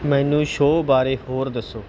ਮੈਨੂੰ ਸ਼ੋਅ ਬਾਰੇ ਹੋਰ ਦੱਸੋ